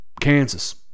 Kansas